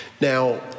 Now